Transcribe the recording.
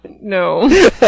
no